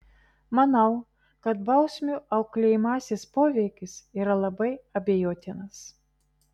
manau kad bausmių auklėjamasis poveikis yra labai abejotinas